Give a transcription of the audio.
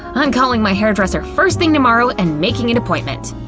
i'm calling my hairdresser first thing tomorrow and making an appointment!